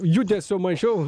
judesio mažiau